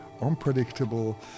unpredictable